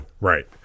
Right